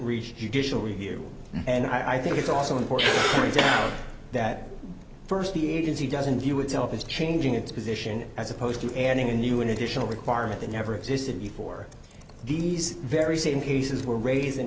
disha review and i think it's also important that first the agency doesn't view itself is changing its position as opposed to adding a new and additional requirement that never existed before these very same cases were raising